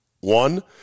one